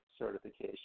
certification